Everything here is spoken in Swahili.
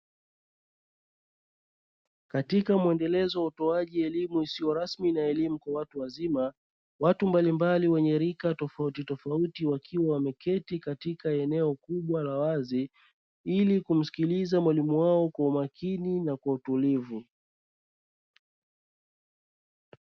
Katika muendelezo wa utoaji elimu isiyo rasmi na elimu kwa watu wazima, watu mbalimbali wenye rika tofautitofauti wakiwa wameketi katika eneo kuubwa la wazi ili kumsikiliza mwalimu wao kwa umakini na utulivu.